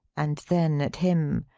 and then at him,